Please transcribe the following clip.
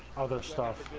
other staff